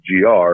GR